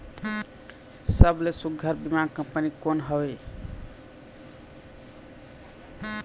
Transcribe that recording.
सबले सुघ्घर बीमा कंपनी कोन हवे?